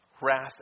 wrath